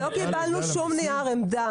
ראש עיריית מגדל העמק